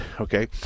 Okay